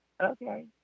Okay